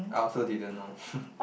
I also didn't know